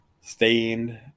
Stained